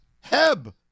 Heb